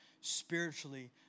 spiritually